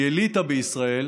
כי אליטה בישראל,